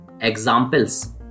examples